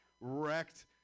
wrecked